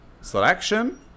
selection